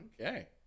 Okay